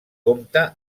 compta